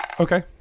Okay